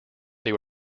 they